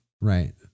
Right